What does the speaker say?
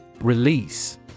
Release